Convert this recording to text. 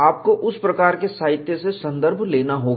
आपको उस प्रकार के साहित्य से संदर्भ लेना होगा